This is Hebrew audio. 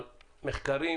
על מחקרים